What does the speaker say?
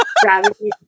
gravity